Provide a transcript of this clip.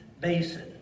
Basin